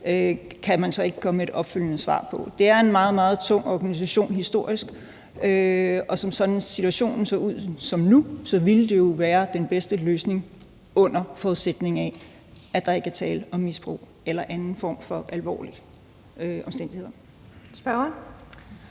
kan man så ikke komme med et opfølgende svar på. Det er en meget, meget tung organisation historisk, og som situationen ser ud nu, ville det jo være den bedste løsning, under forudsætning af at der ikke er tale om misbrug eller en anden form for alvorlige omstændigheder. Kl.